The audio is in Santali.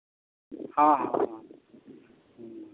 ᱦᱮᱸ ᱦᱮᱸ ᱦᱳᱭ